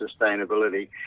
sustainability